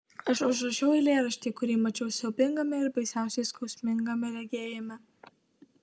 aš užrašiau eilėraštį kurį mačiau siaubingame ir baisiausiai skausmingame regėjime